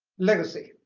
legacy,